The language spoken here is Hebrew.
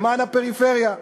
למען הפריפריה.